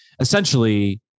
essentially